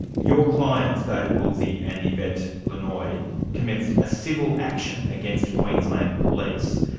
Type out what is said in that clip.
your clients, david bulsey and yvette lenoy, commenced a civil action against queensland police.